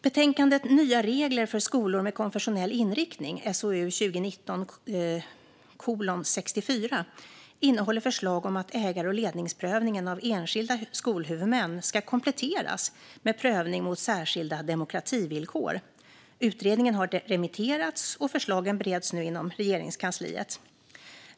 Betänkandet Nya regler för skolor med konfessionell inriktning innehåller förslag om att ägar och ledningsprövningen av enskilda skolhuvudmän ska kompletteras med prövning mot särskilda demokrativillkor. Utredningen har remitterats, och förslagen bereds nu inom Regeringskansliet.